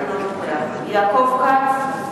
אינו נוכח יעקב כץ,